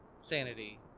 Sanity